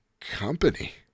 company